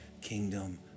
kingdom